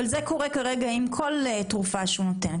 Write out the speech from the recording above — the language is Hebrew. זה קורה עם כל תרופה שהוא נותן.